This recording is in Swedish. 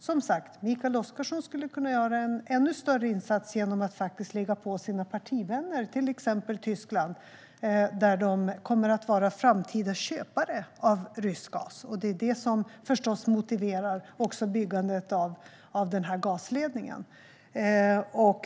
Som sagt: Mikael Oscarsson skulle kunna göra en ännu större insats genom att ligga på sina partivänner i till exempel Tyskland, som kommer att vara framtida köpare av rysk gas. Det är förstås också detta som motiverar byggandet av den här gasledningen.